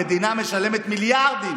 המדינה משלמת מיליארדים